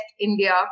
India